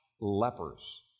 lepers